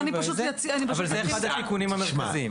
אבל זה אחד התיקונים המרכזיים.